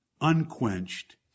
unquenched